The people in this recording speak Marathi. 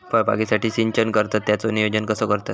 फळबागेसाठी सिंचन करतत त्याचो नियोजन कसो करतत?